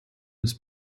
des